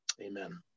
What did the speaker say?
Amen